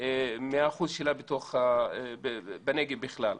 מהאחוז שלה בנגב בכלל.